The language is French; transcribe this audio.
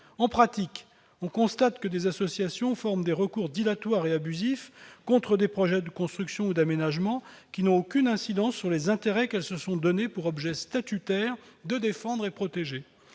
En pratique, on constate que des associations forment des recours dilatoires et abusifs contre des projets de construction ou d'aménagement qui n'ont aucune incidence sur les intérêts qu'elles se sont donnés pour objet statutaire de défendre et de protéger.